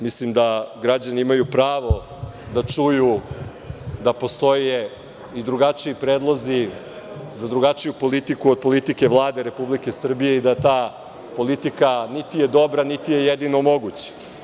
Mislim, da građani imaju pravo da čuju da postoje i drugačiji predlozi za drugačiju politiku od politike Vlade Republike Srbije i da ta politika niti je dobra, niti je jedina moguća.